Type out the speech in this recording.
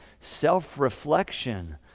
self-reflection